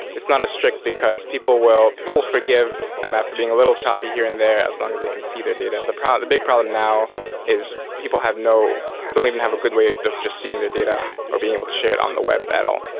it's not a strict because people well you'll forgive um me for being a little choppy here and there as long as they can see their data. the problem the big problem now is people have no don't even have a good way of just seeing their data or being able to share it on the web at all.